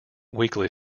weekly